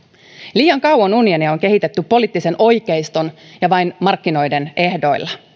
liian kauan unionia on kehitetty poliittisen oikeiston ja vain markkinoiden ehdoilla